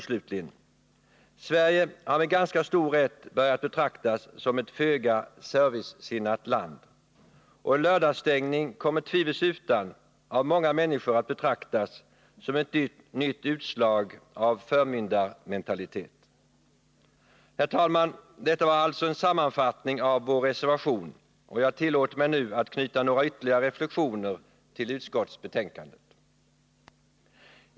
Sverige har med ganska stor rätt börjat betraktas som ett föga servicesinnat land, och en lördagsstängning kommer tvivelsutan av många människor att betraktas som ett nytt utslag av förmyndarmentalitet. Herr talman! Detta var alltså en sammanfattning av vår reservation, och jag tillåter mig nu att knyta några ytterligare reflexioner till utskottsbetänkandet.